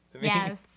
Yes